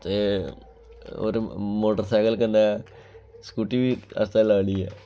ते होर मोटरसैकल कन्नै स्कूटी बी आस्तै चलानी ऐ